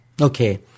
Okay